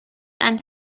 and